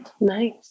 Nice